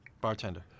bartender